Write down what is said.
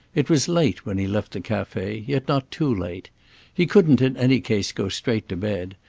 it was late when he left the cafe, yet not too late he couldn't in any case go straight to bed,